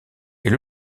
est